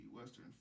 Western